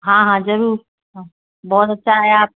हाँ हाँ ज़रूर बहुत अच्छा है आप